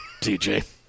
TJ